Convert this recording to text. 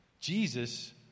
Jesus